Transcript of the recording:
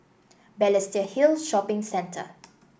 Balestier Hill Shopping Centre